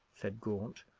said gaunt,